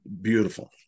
beautiful